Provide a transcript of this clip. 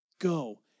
Go